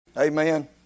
Amen